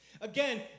Again